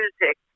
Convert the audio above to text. music